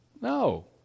No